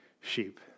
sheep